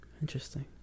Interesting